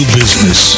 business